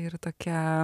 ir tokia